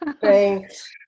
Thanks